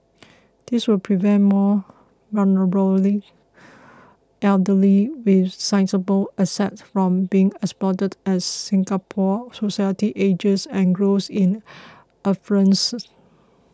this will prevent more vulnerably elderly with sizeable assets from being exploited as Singapore society ages and grows in affluence